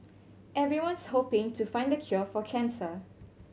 everyone's hoping to find the cure for cancer